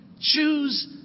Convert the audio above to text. choose